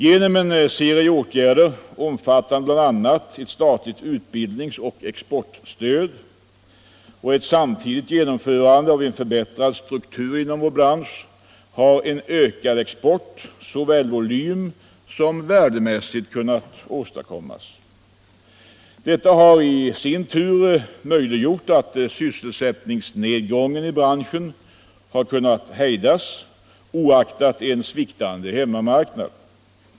Genom en serie åtgärder, omfattande bl.a. ett statligt utbildningsoch exportstöd och ett samtidigt genomförande av en förbättrad struktur inom branschen, har en ökad export såväl volymsom värdemässigt kunnat åstadkommas. Detta har i sin tur gjort det möjligt att hejda sysselsättningsnedgången i branschen trots en sviktande hemmamarknad.